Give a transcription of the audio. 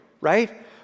right